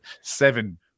Seven